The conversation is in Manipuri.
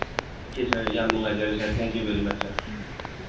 ꯑꯣꯀꯦ ꯁꯥꯔ ꯌꯥꯝ ꯅꯨꯡꯉꯥꯏꯖꯔꯦ sir thank you very much sir